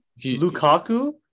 Lukaku